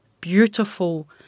beautiful